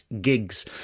gigs